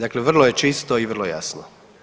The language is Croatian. Dakle, vrlo je čisto i vrlo jasno.